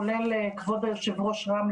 כולל כבוד היושב-ראש רם,